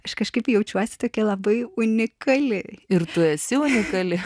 aš kažkaip jaučiuosi tokia labai unikali ir tu esi unikali